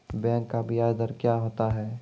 Bank का ब्याज दर क्या होता हैं?